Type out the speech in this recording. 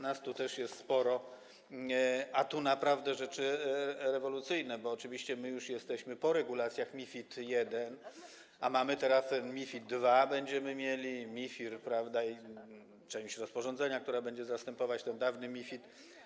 Nas tu też jest sporo, a tu naprawdę są rzeczy rewolucyjne, bo oczywiście my już jesteśmy po regulacjach MiFID I, a mamy teraz MiFID II, będziemy mieli MiFIR i część rozporządzenia, która będzie zastępować ten dawny MiFID.